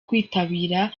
kwitabira